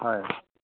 হয়